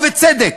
ובצדק,